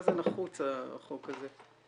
זה נחוץ, החוק הזה?